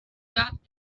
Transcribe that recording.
got